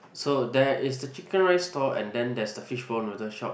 so there is the chicken rice stall and then there's a fishball noodles shop